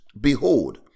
Behold